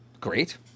great